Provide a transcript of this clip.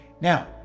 Now